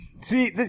See